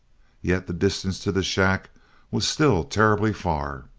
yet the distance to the shack was still terribly far.